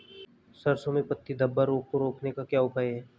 सरसों में पत्ती धब्बा रोग को रोकने का क्या उपाय है?